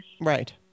Right